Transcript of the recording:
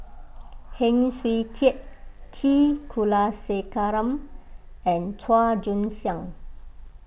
Heng Swee Keat T Kulasekaram and Chua Joon Siang